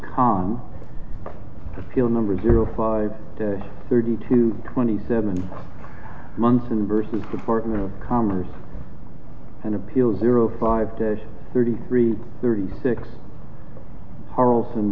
on appeal number zero five thirty two twenty seven months in versus department of commerce and appeal zero five thirty three thirty six harleston